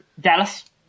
Dallas